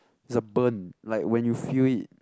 it's a burn like when you feel it